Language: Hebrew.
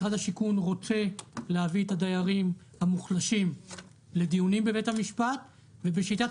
משרד השיכון רוצה להביא את הדיירים המוחלשים לדיונים בבית המשפט ובשיטת